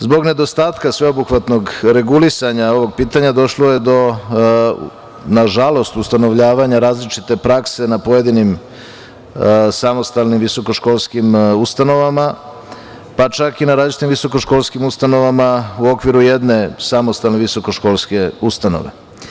Zbog nedostatka sveobuhvatnog regulisanja ovog pitanja došlo je, nažalost do ustanovljavanja različite prakse na pojedinim samostalnim visokoškolskim ustanovama, pa čak i na različitim visokoškolskim ustanovama u okviru jedne samostalne visokoškolske ustanove.